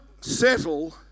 settle